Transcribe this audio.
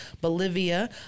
Bolivia